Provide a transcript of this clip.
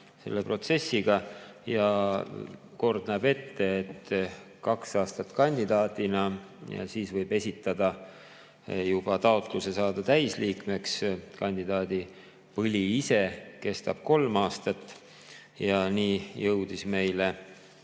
protsessiga. Kord näeb ette, et kui kaks aastat on oldud kandidaadina, siis võib esitada juba taotluse saada täisliikmeks. Kandidaadipõli ise kestab kolm aastat ja nii jõudis meile